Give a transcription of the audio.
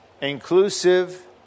inclusive